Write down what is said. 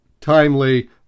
timely